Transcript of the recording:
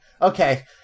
okay